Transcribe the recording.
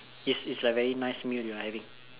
it's it's like very nice meal you having